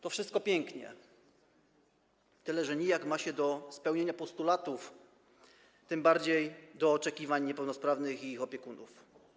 To wszystko pięknie, tyle że nijak ma się do spełnienia postulatów, tym bardziej do oczekiwań niepełnosprawnych i ich opiekunów.